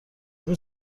این